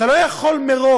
אתה לא יכול מראש